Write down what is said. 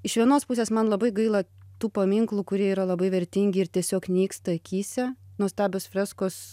iš vienos pusės man labai gaila tų paminklų kurie yra labai vertingi ir tiesiog nyksta akyse nuostabios freskos